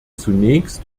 zunächst